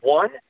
one